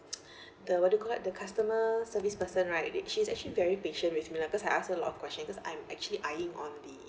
the what you call that the customer service person right she's actually very patient with me lah cause I ask her a lot of question because I'm actually eyeing on the